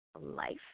Life